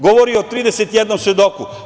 Govori o 31 svedoku.